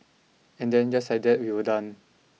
and then just like that we were done